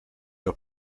los